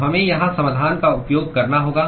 तो हमें यहां समाधान का उपयोग करना होगा